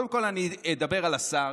קודם כול אני אדבר על השר.